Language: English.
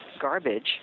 garbage